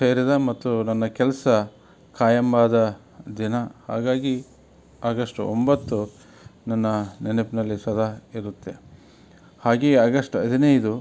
ಸೇರಿದ ಮತ್ತು ನನ್ನ ಕೆಲಸ ಖಾಯಂ ಆದ ದಿನ ಹಾಗಾಗಿ ಆಗಶ್ಟ್ ಒಂಬತ್ತು ನನ್ನ ನೆನಪಿನಲ್ಲಿ ಸದಾ ಇರುತ್ತೆ ಹಾಗೇ ಆಗಶ್ಟ್ ಹದಿನೈದು